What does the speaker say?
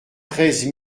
treize